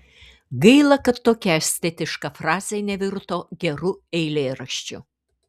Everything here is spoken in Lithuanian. gaila kad tokia estetiška frazė nevirto geru eilėraščiu